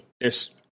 Yes